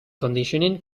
conditioning